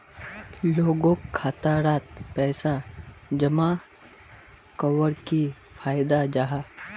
लोगोक खाता डात पैसा जमा कवर की फायदा जाहा?